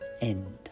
End